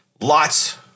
Lots